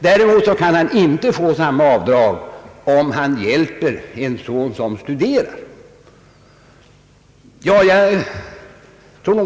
Däremot kan han inte få samma avdrag, om han hjälper en son som studerar.